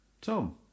Tom